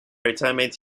retirement